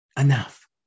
enough